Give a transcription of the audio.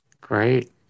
Great